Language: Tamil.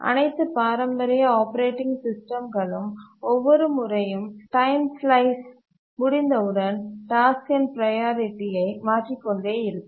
அனைத்து பாரம்பரிய ஆப்பரேட்டிங் சிஸ்டம்களும் ஒவ்வொரு முறையும் டைம்ஸ்லைஸ் முடிந்தவுடன் டாஸ்க்கின் ப்ரையாரிட்டியை மாற்றிக்கொண்டே இருக்கும்